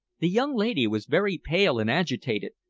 the young lady was very pale and agitated,